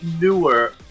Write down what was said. newer